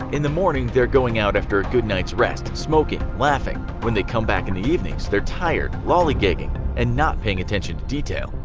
in the morning, they're going out after a good night's rest, smoking, laughing. when they come back in the evenings, they're tired, lollygagging, and not paying attention to detail.